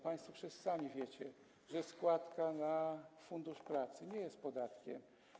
Państwo przecież wiecie, że składka na Fundusz Pracy nie jest podatkiem.